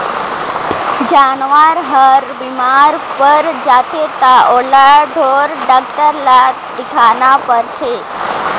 जानवर हर बेमार पर जाथे त ओला ढोर डॉक्टर ल देखाना परथे